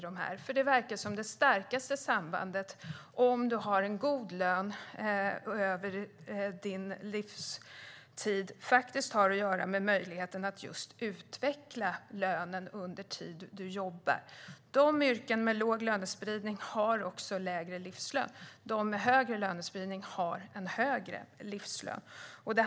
Det verkar som om det starkaste sambandet när det gäller en god lön under livstiden har att göra med möjligheten att utveckla lönen under den tid man jobbar. Yrken med låg lönespridning ger en lägre livslön, och yrken med hög lönespridning ger en högre livslön.